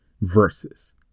versus